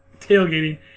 tailgating